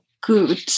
good